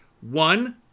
One